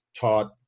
taught